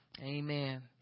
Amen